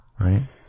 right